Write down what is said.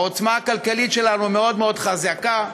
העוצמה הכלכלית שלנו מאוד מאוד חזקה.